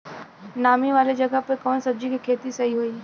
नामी वाले जगह पे कवन सब्जी के खेती सही होई?